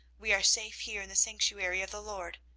we are safe here in the sanctuary of the lord.